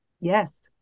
Yes